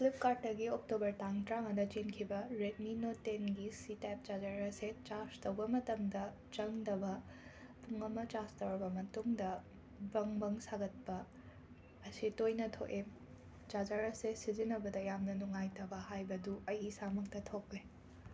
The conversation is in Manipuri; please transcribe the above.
ꯐ꯭ꯂꯤꯞꯀꯥꯔꯠꯇꯒꯤ ꯑꯣꯛꯇꯣꯕꯔ ꯇꯥꯡ ꯇ꯭ꯔꯥꯉꯥꯗ ꯆꯦꯟꯈꯤꯕ ꯔꯦꯗꯃꯤ ꯅꯣꯠ ꯇꯦꯟꯒꯤ ꯁꯤ ꯇꯥꯏꯞ ꯆꯥꯔꯖꯔ ꯑꯁꯤ ꯆꯥꯔꯖ ꯇꯧꯕ ꯃꯇꯝꯗ ꯆꯪꯗꯕ ꯄꯨꯡ ꯑꯃ ꯆꯥꯔꯖ ꯇꯧꯔꯕ ꯃꯇꯨꯡꯗ ꯕꯪ ꯕꯪ ꯁꯥꯒꯠꯄ ꯑꯁꯤ ꯇꯣꯏꯅ ꯊꯣꯛꯑꯦ ꯆꯥꯔꯖꯔ ꯑꯁꯦ ꯁꯤꯖꯤꯟꯅꯕꯗ ꯌꯥꯝꯅ ꯅꯨꯡꯉꯥꯏꯇꯕ ꯍꯥꯏꯕꯗꯨ ꯑꯩ ꯏꯁꯥꯃꯛꯇ ꯊꯣꯛꯂꯦ